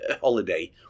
holiday